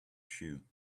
shoe